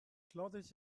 clothes